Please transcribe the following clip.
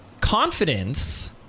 confidence